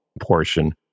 portion